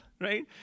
right